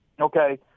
okay